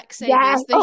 Yes